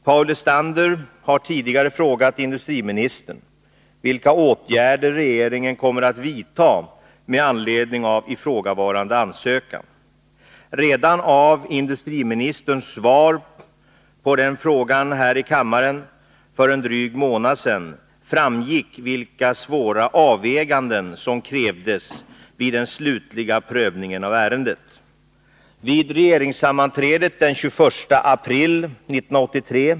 Paul Lestander har tidigare frågat industriministern vilka åtgärder regeringen kommer att vidta med anledning av ifrågavarande ansökan. Redan av industriministerns svar på den här frågan här i kammaren för en dryg månad sedan framgick vilka svåra avväganden som krävdes vid den slutliga prövningen av ärendet.